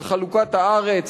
על חלוקת הארץ,